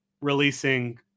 releasing